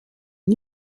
une